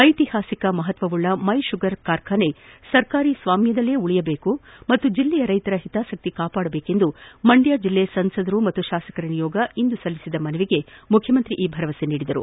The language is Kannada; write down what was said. ಐತಿಹಾಸಿಕ ಮಹತ್ವವುಳ್ಳ ಮೈ ಶುಗರ್ ಕಾರ್ಖಾನೆ ಸರ್ಕಾರಿ ಸ್ವಾಮ್ಯದಲ್ಲಿಯೇ ಉಳಿಯಬೇಕು ಹಾಗೂ ಜಿಲ್ಲೆಯ ರೈತರ ಹಿತಾಸಕ್ತಿ ಕಾಪಾಡಬೇಕೆಂದು ಮಂಡ್ಯ ಜಿಲ್ಲೆಯ ಸಂಸದರು ಹಾಗೂ ಶಾಸಕರ ನಿಯೋಗ ಇಂದು ಸಲ್ಲಿಸಿದ ಮನವಿಗೆ ಮುಖ್ಯಮಂತ್ರಿ ಈ ಭರವಸೆ ನೀಡಿದರು